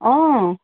অ